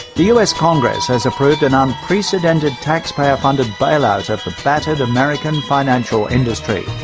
the us congress has approved an unprecedented taxpayer funded bailout of the battered american financial industry.